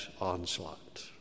onslaught